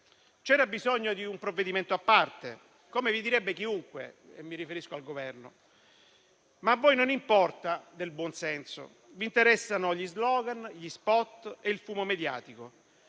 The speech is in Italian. C'era bisogno di un provvedimento a parte, come vi direbbe chiunque - e mi riferisco al Governo - ma a voi non importa del buon senso: vi interessano gli *slogan*, gli *spot* e il fumo mediatico.